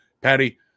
Patty